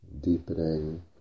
deepening